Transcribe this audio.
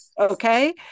Okay